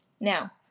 Now